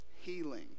Healing